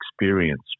experience